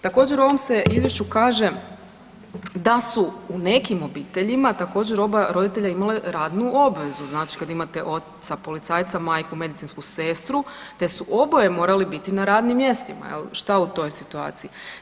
Također u ovom se izvješću kaže da su u nekim obiteljima također oba roditelja imala radnu obvezu, znači kad imate oca policajca, majku medicinsku sestru te su oboje morali biti na radnim mjestima jel, šta u toj situaciji?